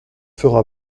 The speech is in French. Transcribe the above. fera